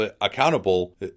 accountable